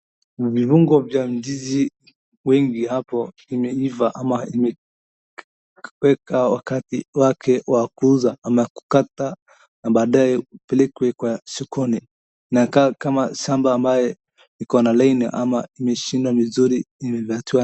Viungo vya ndizi wingi hapo imeiva ama imewekwa wakati wake wa kuuza ama kukata na baadae kupelekwa sokoni .Inakaa kama shamba ambaye iko na liani ama mishimo mizuri.